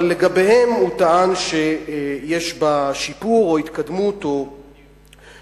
אבל לגביהם הוא טען שיש בה שיפור או התקדמות או תועלת.